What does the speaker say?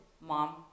mom